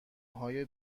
های